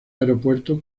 aeropuerto